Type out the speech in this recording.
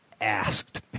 asked